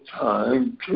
time